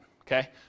okay